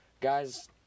Guys